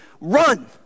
run